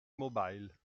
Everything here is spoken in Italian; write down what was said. mobile